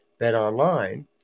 BetOnline